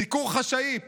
ביקור חשאי,